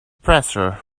pressure